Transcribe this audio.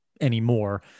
anymore